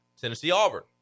Tennessee-Auburn